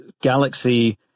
Galaxy